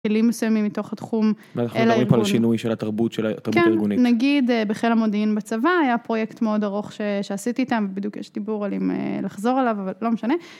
כלים מסוימים מתוך התחום אל הארגונית. אנחנו מדברים פה על שינוי של התרבות, של התרבות הארגונית. כן, נגיד בחיל המודיעין בצבא, היה פרויקט מאוד ארוך שעשיתי איתם ובדיוק יש דיבור על אם לחזור אליו, אבל לא משנה.